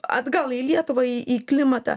atgal į lietuvą į į klimatą